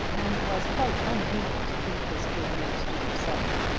and was quite unable to keep his good news to himself.